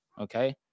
Okay